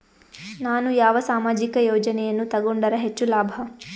ನಾನು ಯಾವ ಸಾಮಾಜಿಕ ಯೋಜನೆಯನ್ನು ತಗೊಂಡರ ಹೆಚ್ಚು ಲಾಭ?